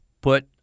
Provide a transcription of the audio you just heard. put